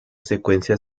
secuencia